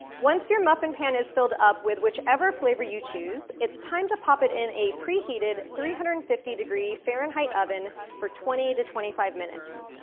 once your muffin pan is filled up with which ever flavor you choose, it's time to pop it in a pre-heated, three hundred and fifty degree fahrenheit oven for twenty to twenty five minutes.